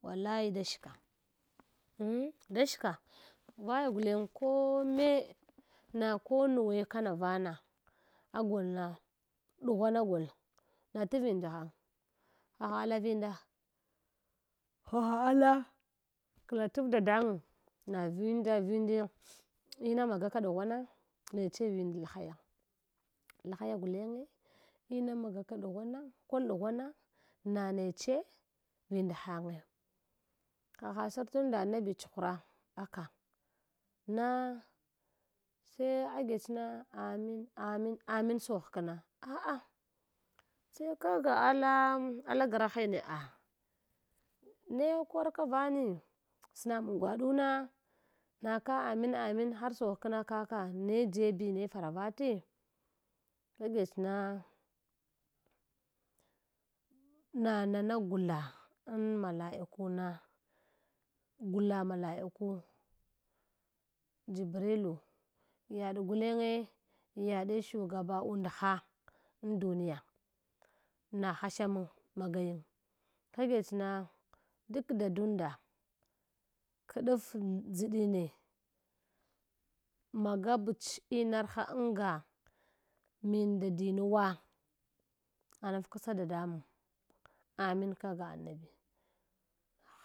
Wallahi da shka da shka vaya guleng kome na ko nuwa kama vana agolna ɗughwanagol na tawinda hanf hahaha vina haha ala kla taʒ dadamang na vinda vindiya ina magaka ɗugwana neche aka ɗughwana kal ɗughwana na neche vind hange hah saptunda andi tshara aka na se agets na amin amin amin so hkna apa se kawai ga alam ala grahine ah uh ne kon ka vani? Snamung gwaduna na ka amin amin har so hkna kaka ne jebi ne faravate? Agech na na nana gula am malaikuna gula malaiku jabrilu yaɗ gulenge yaɗa shugaba undha un duniya na hasha mau magayang kagech na duk dadunda kaɗas ndʒdine nagbch inarha anga min nda dinuwa anafksa dadamang amin kaga annabi.